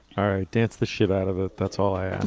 all right. dance the shit out of it, that's all.